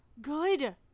good